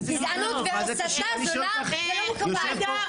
גזענות והסתה זולה - זה לא מקובל.